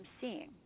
seeing